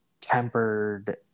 tempered